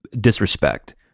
disrespect